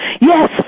Yes